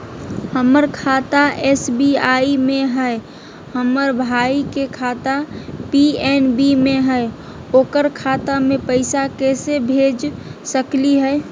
हमर खाता एस.बी.आई में हई, हमर भाई के खाता पी.एन.बी में हई, ओकर खाता में पैसा कैसे भेज सकली हई?